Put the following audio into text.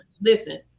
listen